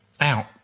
out